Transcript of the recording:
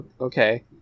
okay